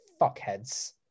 fuckheads